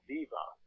Viva